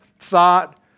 thought